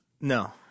No